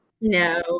No